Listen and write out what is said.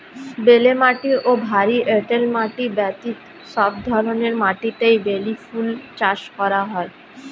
বেলে মাটি ও ভারী এঁটেল মাটি ব্যতীত সব ধরনের মাটিতেই বেলি ফুল চাষ করা যায়